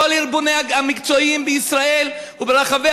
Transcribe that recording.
כל הארגונים המקצועיים בישראל וברחבי